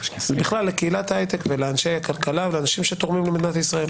בכלל לקהילת ההיי-טק ולאנשי הכלכלה ולאנשים שתורמים למדינת ישראל.